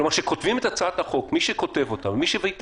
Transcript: כלומר מי שכותב את הצעת החוק ומי שמביא את